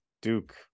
duke